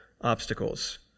obstacles